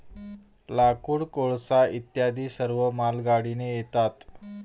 लाकूड, कोळसा इत्यादी सर्व मालगाडीने येतात